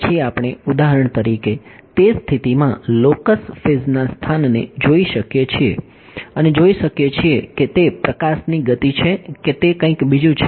પછી આપણે ઉદાહરણ તરીકે તે સ્થિતિમાં લોકસ ફેઝના સ્થાનને જોઈ શકીએ છીએ અને જોઈ શકીએ છીએ કે તે પ્રકાશની ગતિ છે કે તે કંઈક બીજું છે